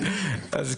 הגבינה.